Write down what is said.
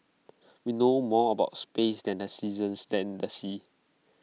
we know more about space than the seasons and the seas